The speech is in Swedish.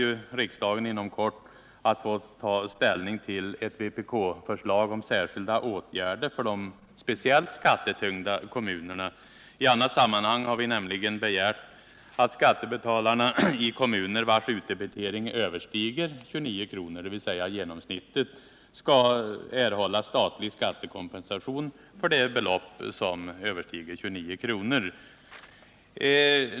F. ö. kommer riksdagen inom kort att ta ställning till ett vpk-förslag om särskilda åtgärder för de speciellt skattetyngda kommunerna. I annat sammanhang har vi nämligen begärt att skattebetalarna i kommuner vilkas utdebitering överstiger 29 kr., dvs. genomsnittet, skall erhålla statlig skattekompensation för belopp som överstiger 29 kr.